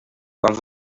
quan